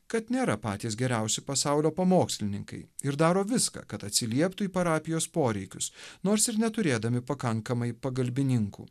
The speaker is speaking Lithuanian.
kad nėra patys geriausi pasaulio pamokslininkai ir daro viską kad atsilieptų į parapijos poreikius nors ir neturėdami pakankamai pagalbininkų